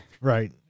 Right